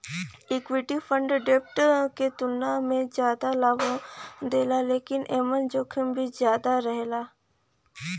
equity fund डेब्ट के तुलना में जादा लाभ देला लेकिन एमन जोखिम भी ज्यादा रहेला